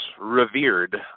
revered